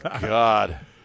God